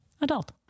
adult